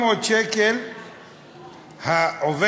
700 שקל עובד